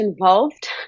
involved